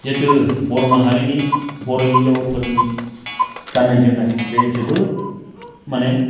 जिथु बर' माहारिनि बर' हिन्जावफोरनि गाननाय जोमनाय बे जोबोद माने